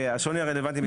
רלוונטי.